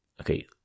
okay